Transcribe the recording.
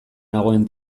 nagoen